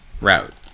route